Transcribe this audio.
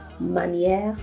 manière